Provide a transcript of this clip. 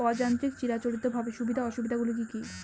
অযান্ত্রিক চিরাচরিতভাবে সুবিধা ও অসুবিধা গুলি কি কি?